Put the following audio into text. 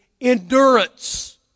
endurance